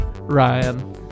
Ryan